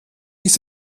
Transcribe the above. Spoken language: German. ist